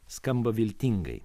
skamba viltingai